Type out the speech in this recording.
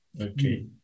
Okay